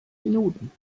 minuten